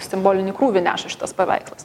simbolinį krūvį neša šitas paveikslas